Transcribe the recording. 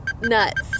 nuts